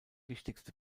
wichtigste